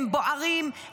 הם בוערים,